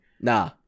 Nah